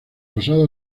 rosado